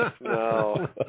No